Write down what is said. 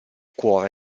cuore